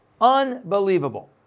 Unbelievable